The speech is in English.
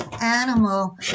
animal